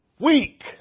weak